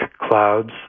clouds